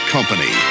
Company